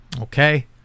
Okay